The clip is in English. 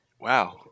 Wow